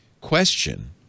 question